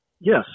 Yes